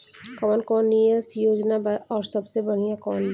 कवन कवन निवेस योजना बा और सबसे बनिहा कवन बा?